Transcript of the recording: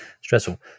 stressful